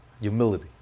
humility